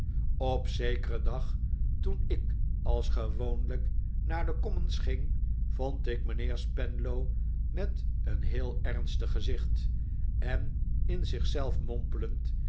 op zekeren dag toen ik als gewoonlijk naar de commons ging vond ik mijnheer spenlow met een heel ernstig gezicht en in zich zelf mompelend